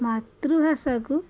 ମାତୃଭାଷାକୁ